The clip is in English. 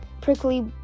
prickly